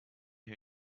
who